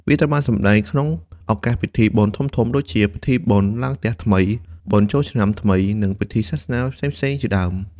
វាត្រូវបានសម្តែងក្នុងឱកាសពិធីបុណ្យធំៗ ដូចជាពិធីបុណ្យឡើងផ្ទះថ្មី បុណ្យចូលឆ្នាំថ្មី និងពិធីសាសនាផ្សេងៗជាដើម។